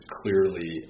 clearly